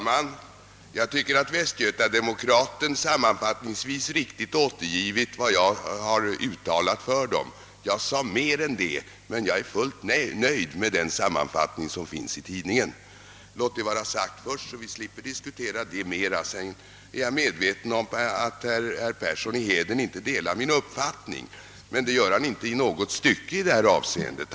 Herr talman! Västgöta-Demokraten har riktigt återgivit vad jag har uttalat. Jag sade mer än så, men jag är fullt nöjd med den sammanfattning som finns i tidningen. Låt detta vara sagt först, så att vi slipper diskutera den saken mer! Jag är medveten om att herr Persson i Heden inte delar min uppfattning, men det gör han inte i något stycke i detta sammanhang.